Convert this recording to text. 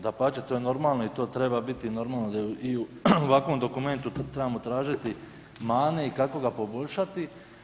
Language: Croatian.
Dapače, to je normalno i to treba biti normalno i u ovakvom dokumentu, tu trebamo tražiti mane i kako ga poboljšati.